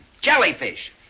jellyfish